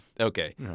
Okay